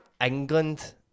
England